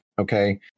Okay